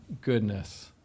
Goodness